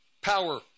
power